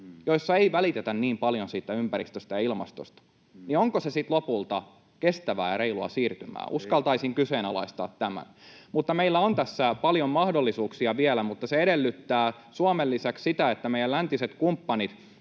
joissa ei välitetä niin paljon ympäristöstä ja ilmastosta, niin onko se sitten lopulta kestävää ja reilua siirtymää? Uskaltaisin kyseenalaistaa tämän. Meillä on tässä paljon mahdollisuuksia vielä, mutta se edellyttää Suomen lisäksi, että meidän läntiset kumppanit